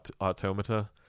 Automata